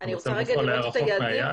אנחנו רחוק מהיעד.